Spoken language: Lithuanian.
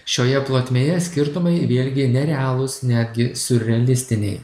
šioje plotmėje skirtumai vėlgi nerealūs netgi siurrealistiniai